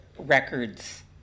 records